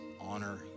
honor